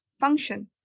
function